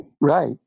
Right